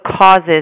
causes